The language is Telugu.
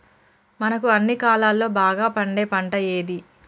మనకు అన్ని కాలాల్లో బాగా పండే పంట ఏది?